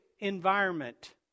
environment